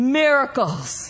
miracles